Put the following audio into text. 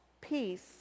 peace